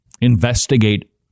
investigate